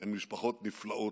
הן משפחות נפלאות,